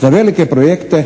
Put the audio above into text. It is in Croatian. Za velike projekte